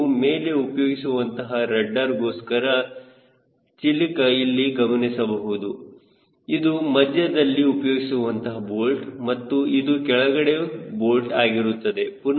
ನೀವು ಮೇಲೆ ಉಪಯೋಗಿಸುವಂತಹ ರಡ್ಡರ್ಗೋಸ್ಕರ ಚಿಲಿಕ ಇಲ್ಲಿ ಗಮನಿಸಬಹುದು ಇದು ಮಧ್ಯದಲ್ಲಿ ಉಪಯೋಗಿಸುವಂತಹ ಬೋಲ್ಟ್ ಮತ್ತು ಇದು ಕೆಳಗಡೆಯ ಬೋಲ್ಟ್ ಆಗಿರುತ್ತದೆ